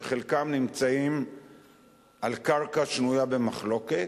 שחלקם נמצאים על קרקע שנויה במחלוקת,